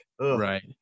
right